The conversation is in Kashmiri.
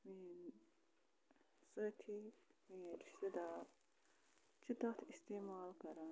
میٛٲنۍ سٲتھی میٛٲنۍ رِشتہٕ دار چھِ تَتھ اِستعمال کَران